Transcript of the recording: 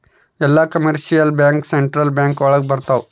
ಎಲ್ಲ commercial bank central bank ಕೆಳಗ ಬರತಾವ